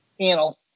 panel